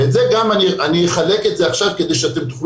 ואני אחלק את זה עכשיו כדי שתוכלו